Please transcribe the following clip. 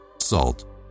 Salt